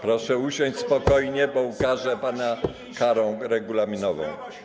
Proszę usiąść spokojnie, bo ukarzę pana karą regulaminową.